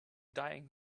dying